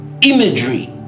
imagery